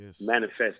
manifest